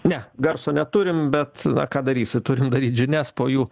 ne garso neturim bet na ką darysi turim daryt žinias po jų